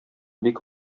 бик